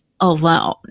alone